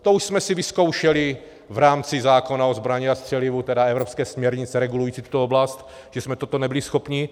To už jsme si vyzkoušeli v rámci zákona o zbrani a střelivu, tedy evropské směrnice regulující tuto oblast, že jsme toto nebyli schopni.